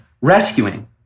rescuing